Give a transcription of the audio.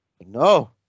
no